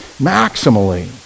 maximally